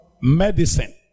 Medicine